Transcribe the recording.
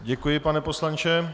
Děkuji, pane poslanče.